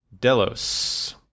Delos